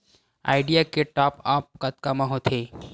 Idea के top आप कतका म होथे?